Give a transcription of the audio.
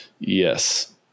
Yes